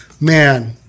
Man